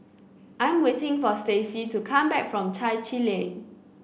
I am waiting for Stacy to come back from Chai Chee Lane